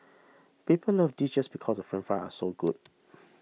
people love this just because the French Fries are so good